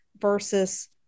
versus